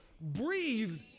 breathed